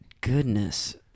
goodness